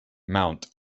mount